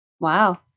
Wow